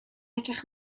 edrych